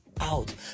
out